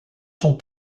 son